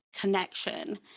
connection